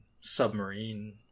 submarine